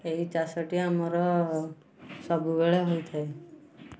ଏହି ଚାଷଟି ଆମର ସବୁବେଳେ ହୋଇଥାଏ